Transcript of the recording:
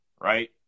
right